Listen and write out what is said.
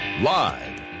Live